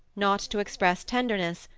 not to express tenderness,